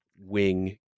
wing